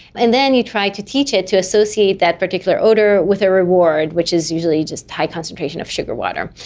and then you try to teach it to associate that particular odour with a reward, which is usually just high concentration of sugar water.